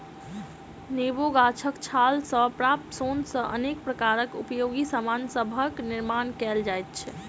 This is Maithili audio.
नेबो गाछक छाल सॅ प्राप्त सोन सॅ अनेक प्रकारक उपयोगी सामान सभक निर्मान कयल जाइत छै